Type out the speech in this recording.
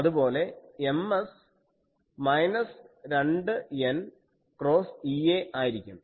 അതുപോലെ Ms minus 2n cross Ea ആയിരിക്കും